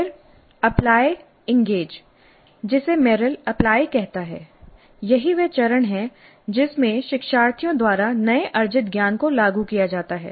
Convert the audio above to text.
फिर apply engage applyengage जिसे Merrill apply कहता है यही वह चरण है जिसमें शिक्षार्थियों द्वारा नए अर्जित ज्ञान को लागू किया जाता है